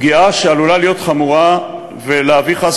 פגיעה שעלולה להיות חמורה ולהביא חס